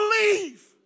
believe